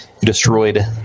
destroyed